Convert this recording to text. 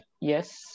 yes